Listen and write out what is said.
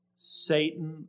Satan